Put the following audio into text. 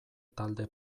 talde